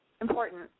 important